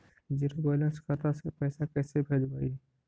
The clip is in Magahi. जीरो बैलेंस खाता से पैसा कैसे भेजबइ?